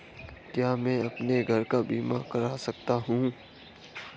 क्या मैं अपने घर का बीमा करा सकता हूँ?